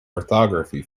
orthography